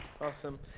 Awesome